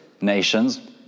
nations